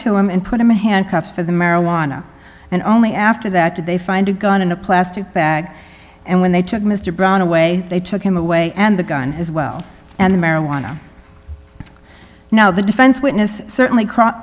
him and put him in handcuffs for the marijuana and only after that did they find a gun in a plastic bag and when they took mr brown away they took him away and the gun as well and the marijuana now the defense witness certainly crop